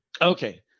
Okay